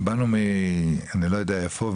באנו מעפולה,